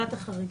החריגים?